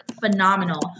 phenomenal